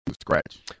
scratch